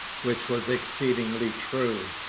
which was exceedingly true.